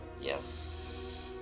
yes